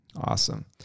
awesome